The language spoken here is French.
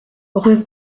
rue